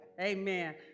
Amen